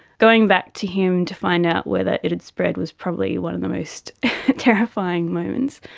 going back to him to find out whether it had spread was probably one of the most terrifying moments,